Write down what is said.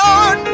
on